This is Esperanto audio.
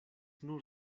nur